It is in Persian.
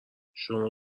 شما